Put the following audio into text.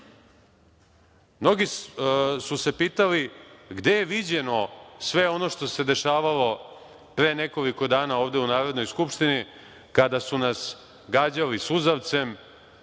su se pitali gde je viđeno sve ono što se dešavalo pre nekoliko dana ovde u Narodnoj skupštini kada su nas gađali suzavcem,